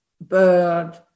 bird